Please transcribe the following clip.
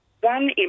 one